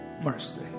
mercy